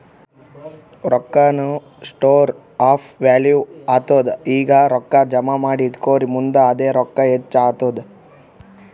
ರೊಕ್ಕಾನು store of value ಆತ್ತುದ್ ಈಗ ರೊಕ್ಕಾ ಜಮಾ ಮಾಡಿ ಇಟ್ಟುರ್ ಮುಂದ್ ಅದೇ ರೊಕ್ಕಾ ಹೆಚ್ಚ್ ಆತ್ತುದ್